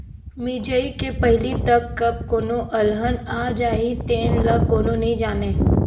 मिजई के पहिली तक कब कोनो अलहन आ जाही तेन ल कोनो नइ जानय